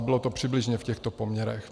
Bylo to přibližně v těchto poměrech.